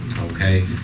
okay